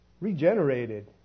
regenerated